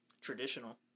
traditional